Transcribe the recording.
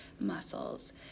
muscles